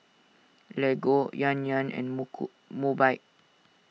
Lego Yan Yan and Mobike